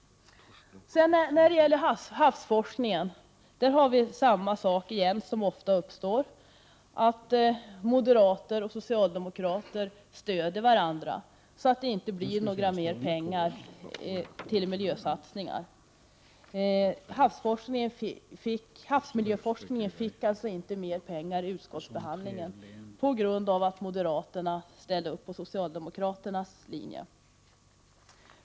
När det gäller havsforskning har vi samma situation igen som ofta uppstår, nämligen att moderater och socialdemokrater stödjer varandra så att det inte blir några fler pengar till miljösatsningar. Havsmiljöforskningen fick alltså inte mer pengar i utskottsbehandlingen på grund av att moderaterna ställde upp på socialdemokraternas linje.